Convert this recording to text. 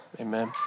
amen